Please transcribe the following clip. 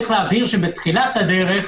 בתחילת הדרך